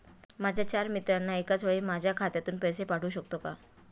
माझ्या चार मित्रांना एकाचवेळी माझ्या खात्यातून पैसे पाठवू शकतो का?